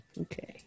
Okay